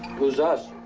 who's us?